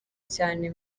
cyane